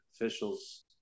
officials